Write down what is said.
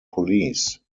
police